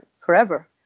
forever